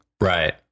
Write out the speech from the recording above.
Right